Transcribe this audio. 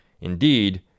Indeed